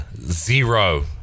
zero